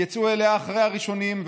"יצאו אליה אחרי הראשונים,